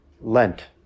Lent